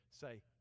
Say